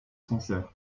sancerre